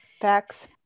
Facts